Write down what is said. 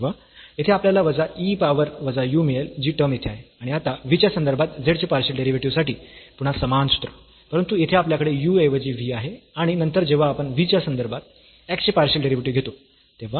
तेव्हा येथे आपल्याला वजा e पॉवर वजा u मिळेल जी टर्म येथे आहे आणि आता v च्या संदर्भात z चे पार्शियल डेरिव्हेटिव्ह साठी पुन्हा समान सूत्र परंतु येथे आपल्याकडे u ऐवजी v आहे आणि नंतर जेव्हा आपण v च्या संदर्भात x चे पार्शियल डेरिव्हेटिव्ह घेतो